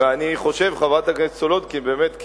ואני חושב, חברת הכנסת סולודקין, באמת,